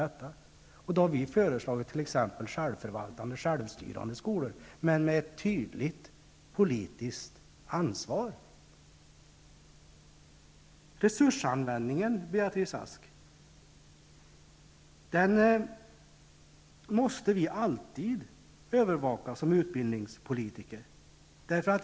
Vi har t.ex. föreslagit självförvaltande, självstyrande skolor, men med tydligt politiskt ansvar. Resursanvändningen, Beatrice Ask, måste vi alltid övervaka som utbildningspolitiker.